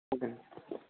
okay అండి